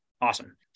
Awesome